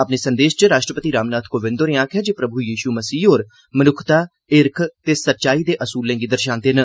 अपने संदेस च राष्ट्रपति रामनाथ कोविंद होरें आखेआ जे प्रभु यीशू मसीह होर मनुक्खता हिरख ते सच्चाई दे उसूलें गी दर्षादे न